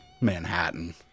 manhattan